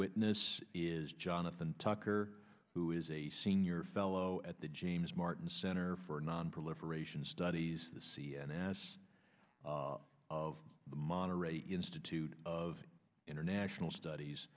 witness is jonathan tucker who is a senior fellow at the james martin center for nonproliferation studies the cns of the monterey institute of international studies